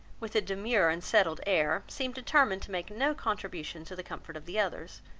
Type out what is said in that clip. with a demure and settled air, seemed determined to make no contribution to the comfort of the others,